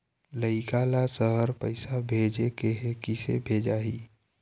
लइका ला शहर पैसा भेजें के हे, किसे भेजाही